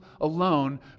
alone